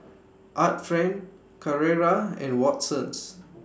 Art Friend Carrera and Watsons